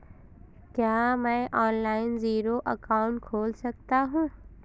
क्या मैं online zero account खोल सकता हूँ?